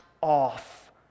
off